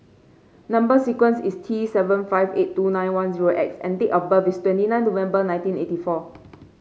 number sequence is T seven five eight two nine one zero X and date of birth is twenty nine November nineteen eighty four